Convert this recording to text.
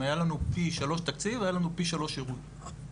אם היה לנו פי שלוש תקציב היה לנו גם פי שלוש ארגון ויותר.